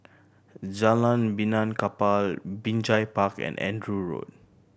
Jalan Benaan Kapal Binjai Park and Andrew Road